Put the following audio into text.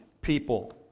people